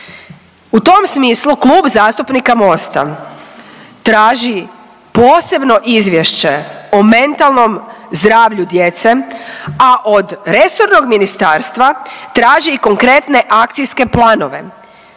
U tom smislu Klub zastupnika Mosta traži posebno izvješće o mentalnom zdravlju djece, a od resornog ministarstva traži i konkretne akcijske planove